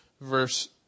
verse